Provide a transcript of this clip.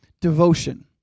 devotion